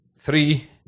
three